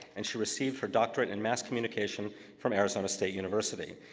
and she received her doctorate in mass communication from arizona state university.